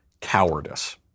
cowardice